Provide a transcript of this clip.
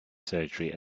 surgery